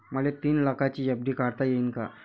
मले तीन लाखाची एफ.डी काढता येईन का?